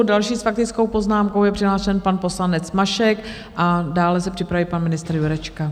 Další s faktickou poznámkou je přihlášen pan poslanec Mašek a dále se připraví pan ministr Jurečka.